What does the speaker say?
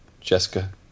Jessica